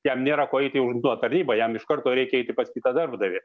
jam nėra ko eit į užimtumo tarybą jam iš karto reikia eiti pas kitą darbdavį